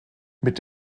mit